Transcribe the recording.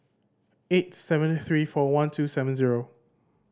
eight seven three four one two seven zero